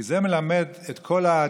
כי זה מלמד כל אדם: